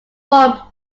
form